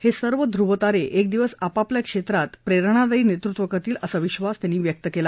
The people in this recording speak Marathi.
हे सर्व ध्रुव तारे एक दिवस आपापल्या क्षेत्रात प्रेरणादायी नेतृत्व करतील असा विधास त्यांनी व्यक्त केला